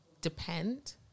depend